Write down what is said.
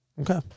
Okay